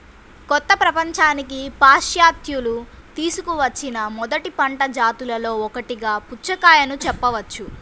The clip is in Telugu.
కొత్త ప్రపంచానికి పాశ్చాత్యులు తీసుకువచ్చిన మొదటి పంట జాతులలో ఒకటిగా పుచ్చకాయను చెప్పవచ్చు